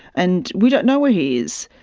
and we don't know where he is,